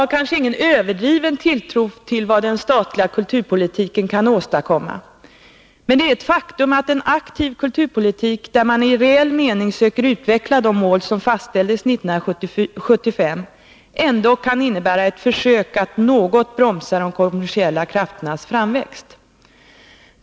Jag har ingen överdriven tilltro till vad den statliga kulturpolitiken kan åstadkomma, men det är ett faktum att en aktiv kulturpolitik där man i reell mening söker utveckla de mål som fastställdes 1975 ändock kan innebära ett försök att något bromsa de kommersiella krafternas framväxt.